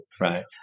Right